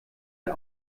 der